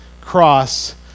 cross